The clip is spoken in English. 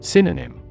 Synonym